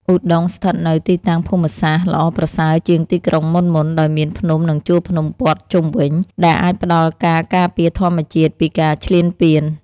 ឧដុង្គស្ថិតនៅទីតាំងភូមិសាស្ត្រល្អប្រសើរជាងទីក្រុងមុនៗ ដោយមានភ្នំនិងជួរភ្នំព័ទ្ធជុំវិញ ដែលអាចផ្តល់ការការពារធម្មជាតិពីការឈ្លានពាន។